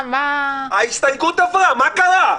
ההסתייגות עברה, מה קרה?